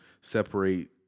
separate